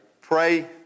pray